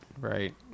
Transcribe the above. right